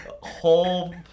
whole